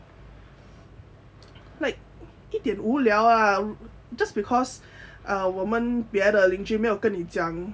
like 一点无聊 ah just because uh 我们别的邻居没有跟你讲